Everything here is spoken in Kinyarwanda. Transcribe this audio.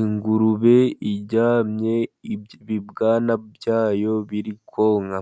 ingurube iryamye, ibibwana byayo biri konka.